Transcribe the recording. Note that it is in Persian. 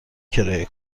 کرایه